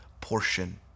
portion